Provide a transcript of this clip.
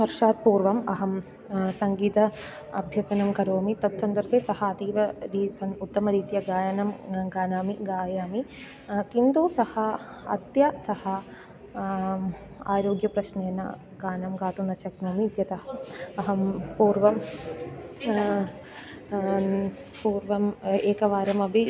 वर्षात् पूर्वम् अहं सङ्गीत अभ्यसनं करोमि तत्सन्दर्भे सः अतीव उत्तमरीत्या गानं गायामि गायामि किन्तु सः अत्यन्तं सः आरोग्यप्रश्नेन गानं गातुं न शक्नोमि इत्यतः अहं पूर्वं पूर्वम् एकवारमपि